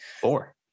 Four